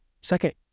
second